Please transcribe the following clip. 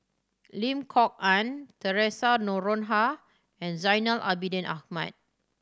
Lim Kok Ann Theresa Noronha and Zainal Abidin Ahmad